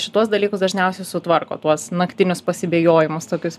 šituos dalykus dažniausiai sutvarko tuos naktinius pasibėgiojimus tokius